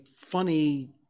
funny